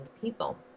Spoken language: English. people